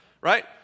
right